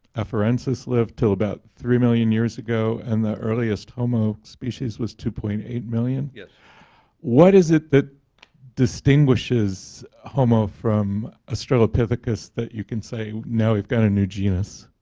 afarensis lived to about three million years ago and the earliest homo species was two point eight million. what is it that distinguishes homo from australopithecus that you can say, now we've got a new genus?